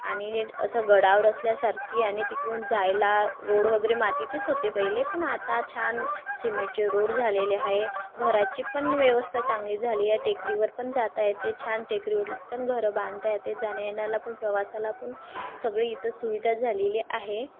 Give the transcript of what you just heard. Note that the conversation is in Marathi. आणि असं गडावर असल्यासारखी आणि तिकडून जायला रोड वगैरे मातीचेच होते पहिले पण आता छान सिमेंटचे रोड झालेले आहे घराची पण व्यवस्था चांगली झाली आहे टेकडीवर पण जाता येते छान टेकडीवर पण घरं बांधता येते जाण्या येण्याला पण प्रवासाला पण सगळी इथं सुविधा झालेली आहे